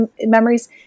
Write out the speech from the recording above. memories